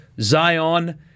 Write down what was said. Zion